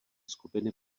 skupiny